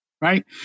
right